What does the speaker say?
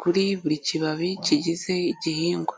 kuri buri kibabi kigize igihingwa.